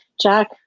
Jack